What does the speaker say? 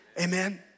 amen